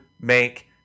make